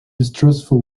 distrustful